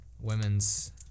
women's